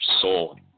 soul